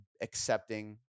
accepting